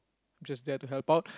just there to help out